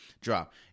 drop